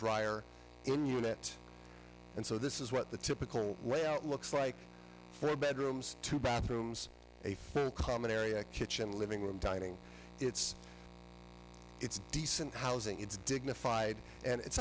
dryer in unit and so this is what the typical way out looks like three bedrooms two bathrooms a common area kitchen living room dining it's it's decent housing it's dignified and it's